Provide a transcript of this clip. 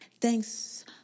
Thanks